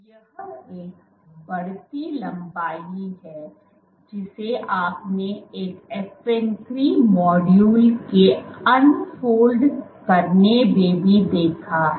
यह एक बढ़ती लंबाई है जिसे आपने एक एफएन 3 मॉड्यूल के अनफॉलो करने में भी देखा है